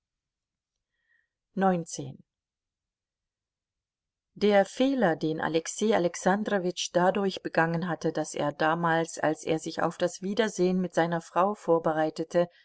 der fehler den alexei alexandrowitsch dadurch begangen hatte daß er damals als er sich auf das wiedersehen mit seiner frau vorbereitete